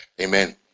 Amen